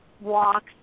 walks